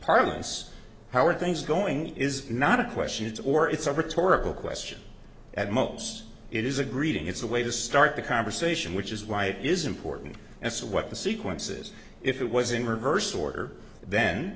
parlance how are things going is not a question it's or it's a rhetorical question at most it is a greeting it's a way to start the conversation which is why it is important and so what the sequences if it was in reverse order then